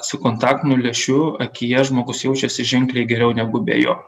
su kontaktiniu lęšiu akyje žmogus jaučiasi ženkliai geriau negu be jo